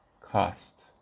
cost